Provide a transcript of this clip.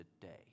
today